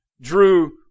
drew